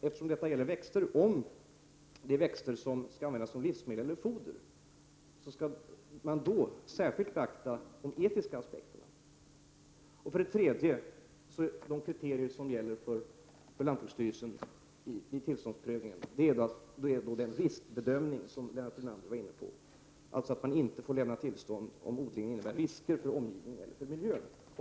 Eftersom detta gäller växter säger vi också att om dessa växter som skall användas som livsmedel eller foder skall man särskilt beakta de etiska aspekterna. Dessutom har vi sagt, beträffande den riskbedömning som Lennart Brunander var inne på, att man inte får lämna tillstånd om odlingen innebär risker för omgivningen eller miljön.